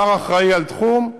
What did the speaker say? שר אחראי לתחום,